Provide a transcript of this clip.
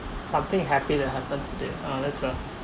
something happy that happen today uh let's uh